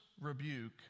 rebuke